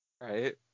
Right